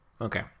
Okay